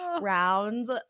rounds